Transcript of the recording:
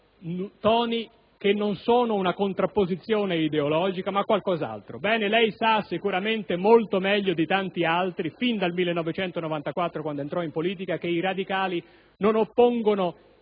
toni che non costituiscono una contrapposizione ideologica, ma qualcos'altro. Bene, lei sa sicuramente molto meglio di tanti altri, fin dal 1994, quando entrò in politica, che i radicali non oppongono